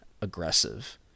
aggressive